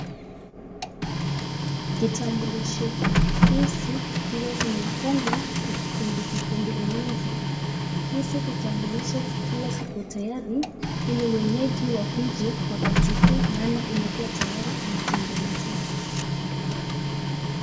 Kitambulisho hizi zikiwa zimefungwa kwa kikundi kikundi mingi hizi vitambulisho zikiwa ziko tayari ili wenyeji wakuje wakachukue maana imekuwa tayari imetengenezeka.